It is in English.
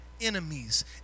enemies